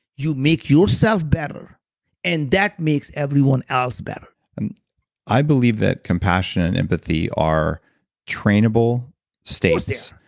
you make yourself better and that makes everyone else better and i believe that compassion and empathy are trainable states.